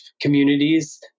communities